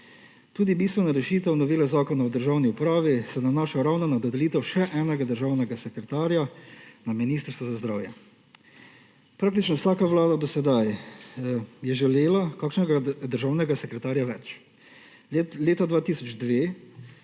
Tudi bistvena rešitev novele Zakona o državni upravi se nanaša ravno na dodelitev še enega državnega sekretarja na Ministrstvu za zdravje. Praktično vsaka vlada do sedaj je želela kakšnega državnega sekretarja več. Leta 2002